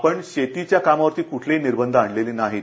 आपण शेतीच्या कामावरती कुठलेही निर्बंध आणलेले नाहीत